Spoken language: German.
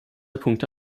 punkte